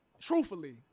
Truthfully